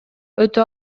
өтө